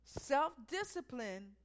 self-discipline